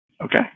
Okay